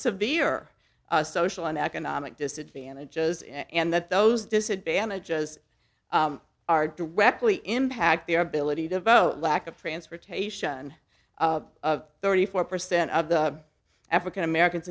severe social and economic disadvantages and that those disadvantage as are directly impact their ability to vote lack of transportation thirty four percent of the african americans